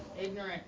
Ignorant